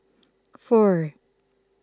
four